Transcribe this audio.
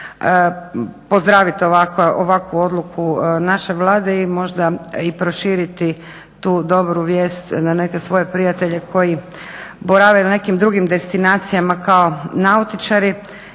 pozdraviti ovakvu odluku naše Vlade i možda i proširiti tu dobru vijest na neke svoje prijatelje koji borave na nekim drugim destinacijama kao nautičari